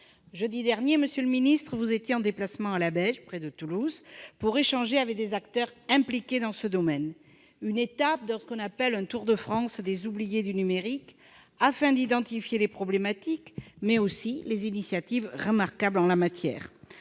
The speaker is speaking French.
Jeudi dernier, vous étiez en déplacement à Labège, près de Toulouse, pour échanger avec des acteurs impliqués dans ce domaine dans le cadre d'une étape du Tour de France des oubliés du numérique, visant à identifier les problématiques, mais aussi les initiatives remarquables en la matière.